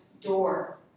door